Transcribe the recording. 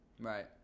Right